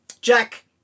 Jack